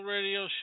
Radio